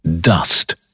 Dust